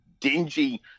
dingy